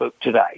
today